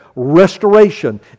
restoration